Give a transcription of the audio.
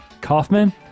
Kaufman